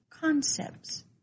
concepts